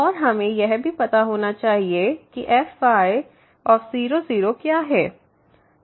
और हमें यह भी पता होना चाहिए कि fy00 क्या है